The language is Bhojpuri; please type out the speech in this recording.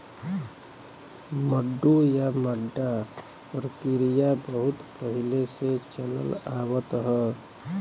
मड्डू या मड्डा परकिरिया बहुत पहिले से चलल आवत ह